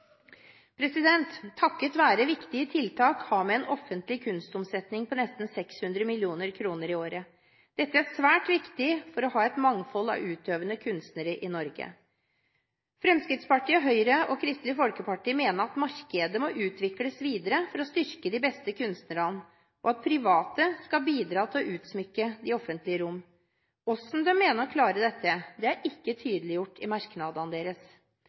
Takket være viktige tiltak har vi en offentlig kunstomsetning på nesten 600 mill. kr i året. Dette er svært viktig for å ha et mangfold av utøvende kunstnere i Norge. Fremskrittspartiet, Høyre og Kristelig Folkeparti mener at markedet må utvikles videre for å styrke de beste kunstnerne, og at private skal bidra til å utsmykke de offentlige rom. Hvordan de mener å klare dette, er ikke tydeliggjort i merknadene deres.